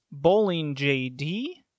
BowlingJD